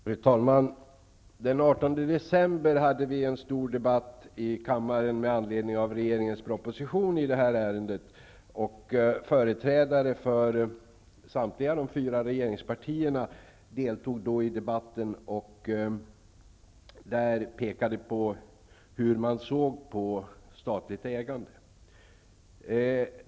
Fru talman! Den 18 december hade vi en stor debatt i kammaren med anledning av regeringens proposition i ärendet. Företrädare för samtliga de fyra regeringspartierna deltog i debatten och framförde då hur de såg på statligt ägande.